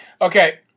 Okay